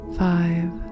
five